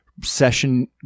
session